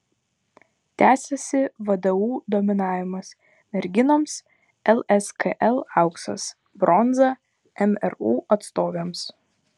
tęsiasi vdu dominavimas merginoms lskl auksas bronza mru atstovėms